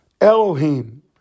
Elohim